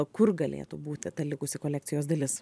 kur galėtų būti ta likusi kolekcijos dalis